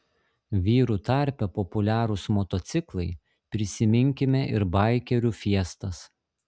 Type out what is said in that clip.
vyrų tarpe populiarūs motociklai prisiminkime ir baikerių fiestas